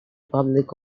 public